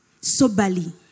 soberly